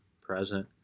present